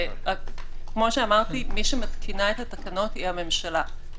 כמו שאמרתי, מי שמתקינה את התקנות היא הממשלה.